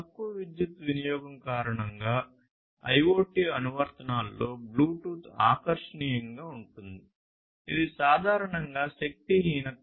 తక్కువ విద్యుత్ వినియోగం కారణంగా IoT అనువర్తనాలలో బ్లూటూత్ ఆకర్షణీయంగా ఉంటుంది ఇవి సాధారణంగా శక్తి హీనత